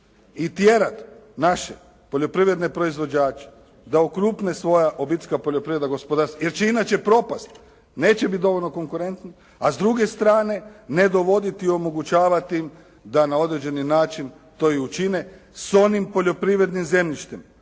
i tjerati naše poljoprivredne proizvođače da okrupne svoja obiteljska poljoprivredna gospodarstva jer će inače propasti, neće biti dovoljno konkurentni, a s druge strane ne dovoditi, omogućavati da na određeni način to i učine, s onim poljoprivrednim zemljištem